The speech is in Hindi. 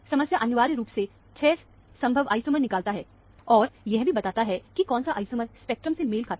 समस्या अनिवार्य रूप से 6 संभव आइसोमर्स निकालना है और यह भी बताता है कि कौन सा आइसोमर्स स्पेक्ट्रमसे मेल खाता है